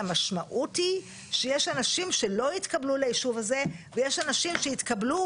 המשמעות היא שיש אנשים שלא יתקבלו ליישוב הזה ויש אנשים שיתקבלו,